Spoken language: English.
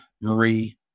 Marie